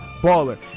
baller